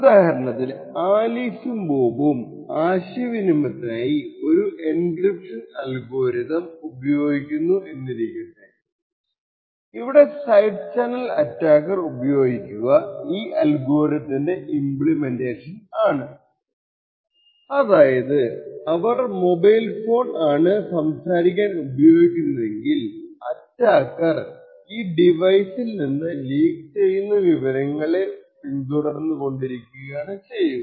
ഉദാഹരണത്തിന് ആലീസും ബോബും ആശയവിനിമത്തിനായി ഒരു എൻക്രിപ്ഷൻ അൽഗോരിതം ഉപയോഗിക്കുന്നു എന്നിരിക്കട്ടെ ഇവിടെ സൈഡ് ചാനൽ അറ്റാക്കർ ഉപയോഗിക്കുക ഈ അൽഗോരിതത്തിന്റെ ഇമ്പ്ലിമെന്റേഷൻ ആണ് അതായത് അവർ മൊബൈൽ ഫോൺ ആണ് സംസാരിക്കാൻ ഉപയോഗിക്കുന്നതെങ്കിൽ അറ്റാക്കർ ഈ ഡിവൈസിൽ നിന്ന് ലീക്ക് ചെയുന്ന വിവരങ്ങളെ പിന്തുടർന്ന് കൊണ്ടിരിക്കുകയാണ് ചെയ്യുക